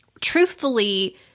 truthfully